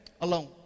alone